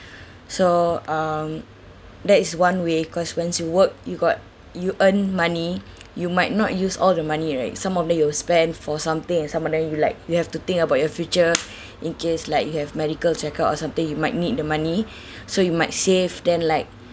so um that is one way cause once you work you got you earn money you might not use all the money right some of them you'll spend for something and some of them you like you have to think about your future in case like you have medical checkup or something you might need the money so you might save then like